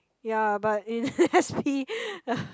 ya but in s_p